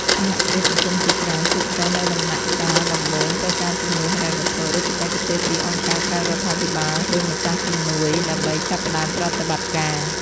សហគ្រាសសង្គមជាច្រើន ជាពិសេសនៅដំណាក់កាលដំបូង ត្រូវការជំនួយហិរញ្ញវត្ថុ ឬបច្ចេកទេសពីអង្គការក្រៅរដ្ឋាភិបាល ឬម្ចាស់ជំនួយ ដើម្បីចាប់ផ្តើមប្រតិបត្តិការ។